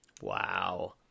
Wow